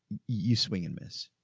you swing and miss.